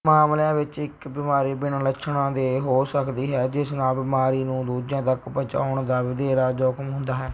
ਮਾਮਲਿਆਂ ਵਿੱਚ ਇੱਕ ਬਿਮਾਰੀ ਬਿਨਾਂ ਲੱਛਣਾਂ ਦੇ ਹੋ ਸਕਦੀ ਹੈ ਜਿਸ ਨਾਲ ਬਿਮਾਰੀ ਨੂੰ ਦੂਜਿਆਂ ਤੱਕ ਪਹੁੰਚਾਉਣ ਦਾ ਵਧੇਰੇ ਜੋਖਮ ਹੁੰਦਾ ਹੈ